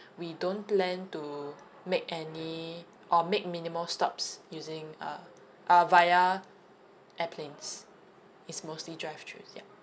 we don't plan to make any or make minimal stops using uh uh via airplanes it's mostly drive throughs ya